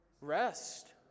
Rest